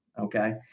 okay